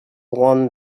won